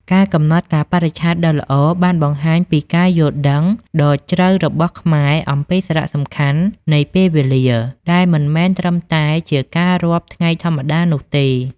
ការកំណត់កាលបរិច្ឆេទដ៏ល្អបានបង្ហាញពីការយល់ដឹងដ៏ជ្រៅរបស់ខ្មែរអំពីសារៈសំខាន់នៃពេលវេលាដែលមិនមែនត្រឹមតែជាការរាប់ថ្ងៃធម្មតានោះទេ។